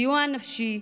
לסיוע נפשי,